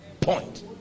point